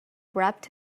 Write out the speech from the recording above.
wrapped